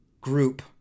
group